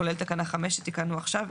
כולל תקנה 5 שתיקנו עכשיו,